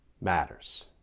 matters